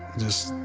just